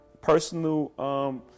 personal